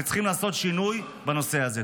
וצריכים לעשות שינוי בנושא הזה.